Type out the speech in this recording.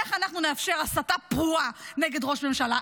איך אנחנו נאפשר הסתה פרועה נגד ראש הממשלה,